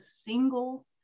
single